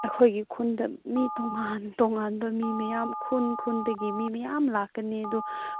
ꯑꯩꯈꯣꯏꯒꯤ ꯈꯨꯟꯗ ꯃꯤ ꯇꯣꯉꯥꯟ ꯇꯣꯉꯥꯟꯕ ꯃꯤ ꯃꯌꯥꯝ ꯈꯨꯟ ꯈꯨꯟꯗꯒꯤ ꯃꯤ ꯃꯌꯥꯝ ꯂꯥꯛꯀꯅꯤ ꯑꯗꯨ